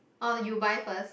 uh you buy first